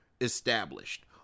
established